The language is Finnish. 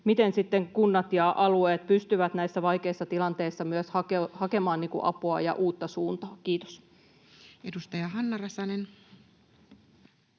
sitten kunnat ja alueet pystyvät näissä vaikeissa tilanteissa myös hakemaan apua ja uutta suuntaa? — Kiitos. Edustaja Hanna Räsänen.